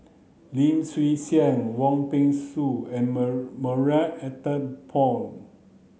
Lim Chwee Chian Wong Peng Soon and Marie Ethel Bong